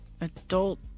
adult